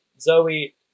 Zoe